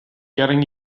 getting